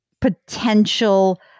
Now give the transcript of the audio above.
potential